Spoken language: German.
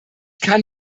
kann